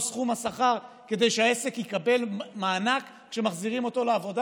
סכום השכר כדי שהעסק יקבל מענק שמחזירים אותו לעבודה.